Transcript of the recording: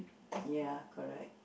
ya correct